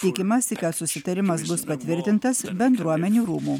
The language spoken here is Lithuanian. tikimasi kad susitarimas bus patvirtintas bendruomenių rūmų